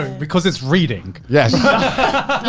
because it's reading? yes.